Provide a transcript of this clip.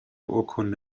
urkunde